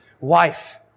wife